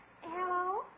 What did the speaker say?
Hello